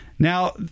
Now